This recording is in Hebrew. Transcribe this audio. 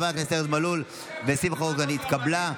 לוועדה שתקבע ועדת הכנסת נתקבלה.